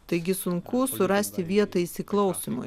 taigi sunku surasti vietą įsiklausymui